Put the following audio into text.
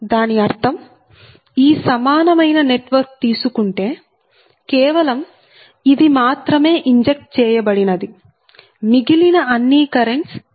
దాని అర్థం ఈ సమానమైన నెట్వర్క్ తీసుకుంటే కేవలం ఇది మాత్రమే ఇంజెక్ట్ చేయబడినది మిగిలిన అన్ని కరెంట్స్ 0